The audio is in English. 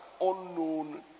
unknown